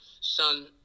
son